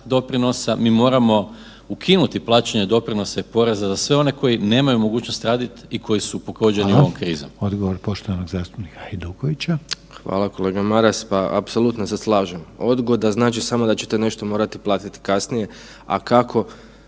doprinosa, mi moramo ukinuti plaćanje doprinosa i poreza za sve one koji nemaju mogućnost radit i koji su pogođeni ovom krizom. **Reiner, Željko (HDZ)** Hvala, odgovor poštovanog zastupnika Hajdukovića. **Hajduković, Domagoj (SDP)** Hvala. Kolega Maras, pa apsolutno se slažem. Odgoda znači samo da ćete nešto morati platit kasnije, a kako